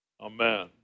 Amen